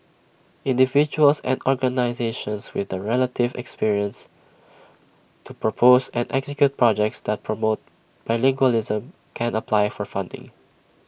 individuals and organisations with the relative experience to propose and execute projects that promote bilingualism can apply for funding